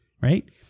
right